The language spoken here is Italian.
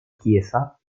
chiesa